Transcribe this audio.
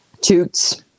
toots